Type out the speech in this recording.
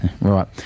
Right